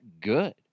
good